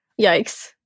Yikes